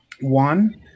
One